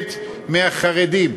פוחדת מהחרדים.